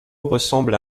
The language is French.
ressemble